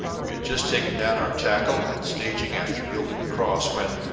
we had just taken down our tackle and staging after gilding the cross when